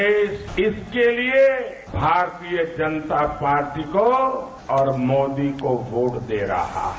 देशहित के लिए भारतीय जनता पार्टी को और मोदी को वोट दे रहा हैं